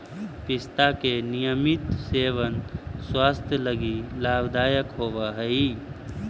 पिस्ता के नियमित सेवन स्वास्थ्य लगी लाभदायक होवऽ हई